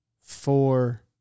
four